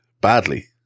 badly